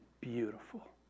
beautiful